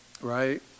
right